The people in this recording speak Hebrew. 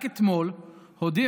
רק אתמול הודיעו